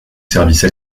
service